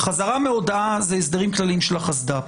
חזרה מהודאה, אלה הסדרים כלליים של החסד"פ.